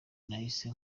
nahise